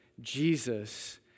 Jesus